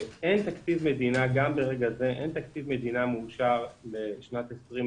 גם ברגע זה אין תקציב מדינה מאושר לשנת 2020